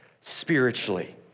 spiritually